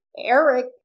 Eric